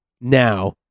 now